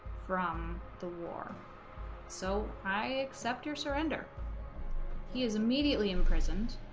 from the war so i accept your surrender he is immediately imprisoned